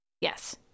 yes